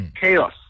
chaos